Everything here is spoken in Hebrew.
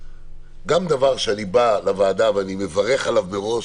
גם דבר שאני בא לוועדה ואני מברך עליו מראש,